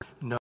No